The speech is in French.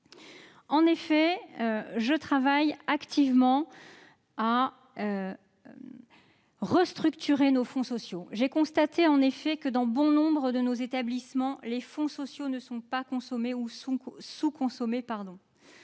En effet, je travaille activement à restructurer nos fonds sociaux. J'ai constaté que, dans bon nombre de nos établissements, ceux-ci ne sont pas consommés ou sont sous-consommés.